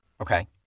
Okay